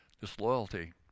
disloyalty